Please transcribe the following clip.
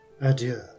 adieu